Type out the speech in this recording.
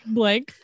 blank